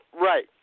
Right